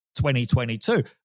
2022